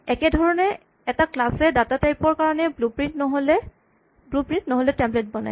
একেধৰণে এটা ক্লাচ এ ডাটা টাইপ ৰ কাৰণে ব্লু প্ৰিন্ট নহ'লে টেমপ্লেট বনায়